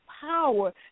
power